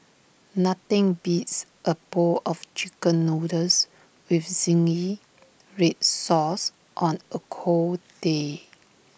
nothing beats A bowl of Chicken Noodles with Zingy Red Sauce on A cold day